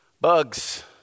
bugs